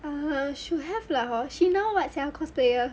err should have lah hor she now what sia cosplayer